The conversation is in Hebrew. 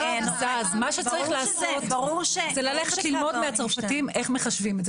מה שצריך לעשות זה ללכת ללמוד מהצרפתים איך מחשבים את זה.